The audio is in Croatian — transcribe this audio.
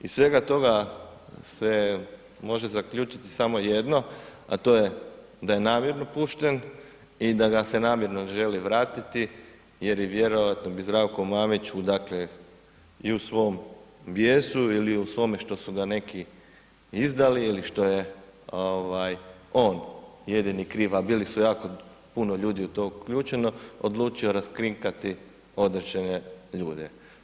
Iz svega toga se može zaključiti samo jedno a to je da je namjerno pušten i da ga se namjerno želi vratiti jer vjerojatno bi Zdravko Mamić i u svom bijesu ili u svome što su ga neki izdali ili što je on jedini kriv a bili su jako puno ljudi u to uključeno, odlučio raskrinkati određene ljude.